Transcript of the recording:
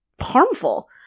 harmful